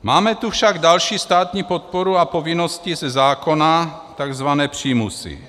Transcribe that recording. Máme tu však další státní podporu a povinnosti ze zákona, tzv. přímusy.